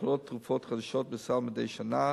נכללות תרופות חדשות בסל מדי שנה.